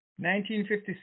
1956